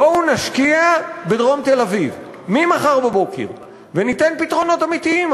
בואו נשקיע בדרום תל-אביב ממחר בבוקר וניתן פתרונות אמיתיים.